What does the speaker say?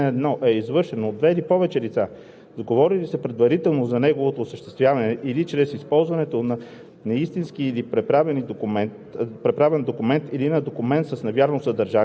или акт на Европейския съюз, извършва по занятие обществен превоз на пътници, се наказва с лишаване от свобода от една до три години. (2) Когато деянието по ал. 1 е извършено от две или повече лица,